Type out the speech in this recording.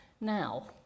Now